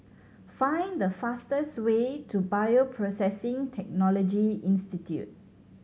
find the fastest way to Bioprocessing Technology Institute